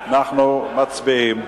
אנחנו מצביעים.